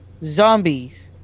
zombies